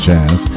Jazz